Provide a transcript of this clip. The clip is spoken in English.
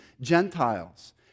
Gentiles